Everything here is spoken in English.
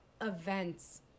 events